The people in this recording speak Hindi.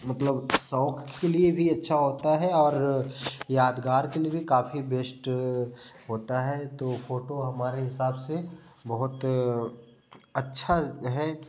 मतलब शौक के लिए भी अच्छा होता है और यादगार के लिए भी काफ़ी बेस्ट होता है तो फोटो हमारे हिसाब से बहुत अच्छा है